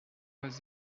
was